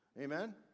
Amen